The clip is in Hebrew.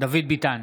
דוד ביטן,